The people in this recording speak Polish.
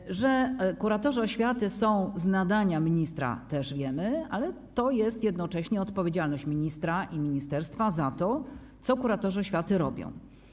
Wiemy też, że kuratorzy oświaty są z nadania ministra, ale to jest jednocześnie odpowiedzialność ministra i ministerstwa za to, co kuratorzy oświaty robią.